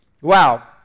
Wow